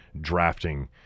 drafting